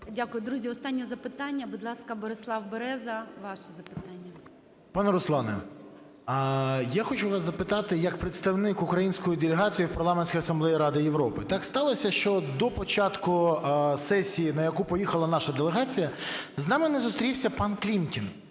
Дякую. Друзі, останнє запитання. Будь ласка, Борислав Береза, ваше запитання. 16:19:25 БЕРЕЗА Б.Ю. Пане Руслане, я хочу вас запитати як представник української делегації в Парламентській асамблеї Ради Європи. Так сталося, що до початку сесії, на яку поїхала наша делегація, з нами не зустрівся пан Клімкін